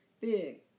Big